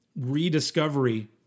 rediscovery